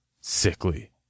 sickly